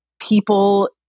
people